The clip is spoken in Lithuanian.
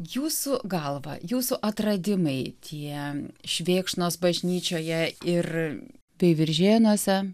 jūsų galva jūsų atradimai tie švėkšnos bažnyčioje ir veiviržėnuose